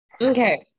okay